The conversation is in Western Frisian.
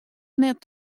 net